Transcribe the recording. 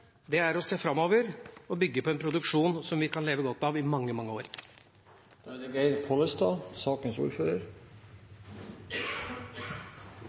Det er å se framover og bygge på en produksjon som vi kan leve godt av i mange, mange år. Når klokka har passert midnatt og ein teiknar seg til sitt tredje innlegg, er det